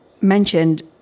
mentioned